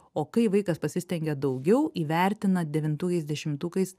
o kai vaikas pasistengia daugiau įvertina devintukais dešimtukais